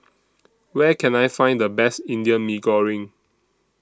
Where Can I Find The Best Indian Mee Goreng